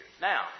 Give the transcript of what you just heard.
Now